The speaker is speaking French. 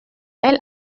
elle